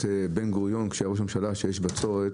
בן גוריון כשהיה ראש הממשלה כשיש בצורת